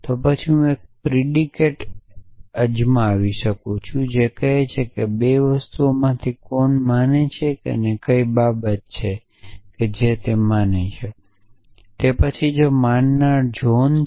તો પછી હું એક પ્રિડીકેટ અજમાવી શકું છું જે કહે છે કે 2 માં કોણ માને છે અને તે કઈ બાબત છે જે માને છે તે પછી માનનાર જ્હોન છે